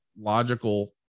logical